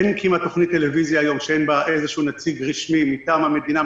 אין כמעט תכנית טלוויזיה היום שאין בה נציג רשמי מטעם המדינה,